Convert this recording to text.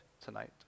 tonight